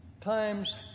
Times